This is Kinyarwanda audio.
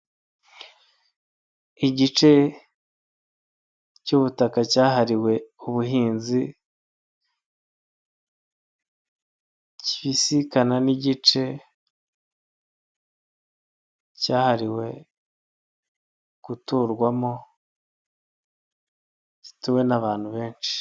Igice cy'ubutaka cyahariwe ubuhinzi kibisikana n'igice cyahariwe guturwamo gituwe n'abantu benshi.